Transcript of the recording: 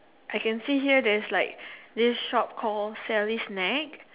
I can see here there's like this shop call Sally's snack